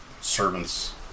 servant's